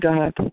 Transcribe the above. God